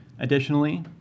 Additionally